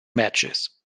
matches